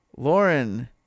Lauren